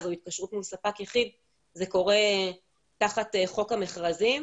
או התקשרות מול ספק יחיד זה קורה תחת חוק המכרזים,